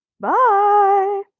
Bye